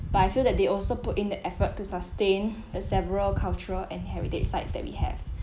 but I feel that they also put in the effort to sustain the several cultural and heritage sites that we have